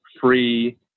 free